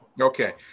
okay